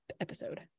episode